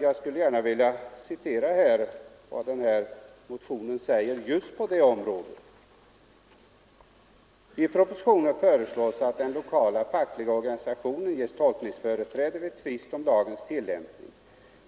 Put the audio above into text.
Jag skulle gärna vilja citera motionen just på denna punkt: ”I propositionen föreslås att den lokala fackliga organisationen ges tolkningsföreträde vid tvist om lagens tillämpning.